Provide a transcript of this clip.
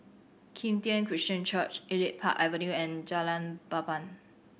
Kim Tian Christian Church Elite Park Avenue and Jalan Papan